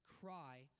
cry